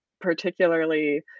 particularly